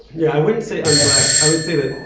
yeah i wouldn't say and black i would say that